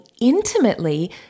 intimately